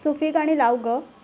सुफी गाणी लाव गं